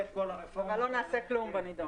את כל הרפורמה הזאת --- אבל לא נעשה כלום בנדון.